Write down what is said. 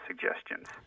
suggestions